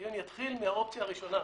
הדיון יתחיל מהאופציה הראשונה.